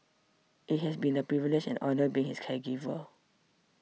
it has been a privilege and honour being his caregiver